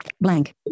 blank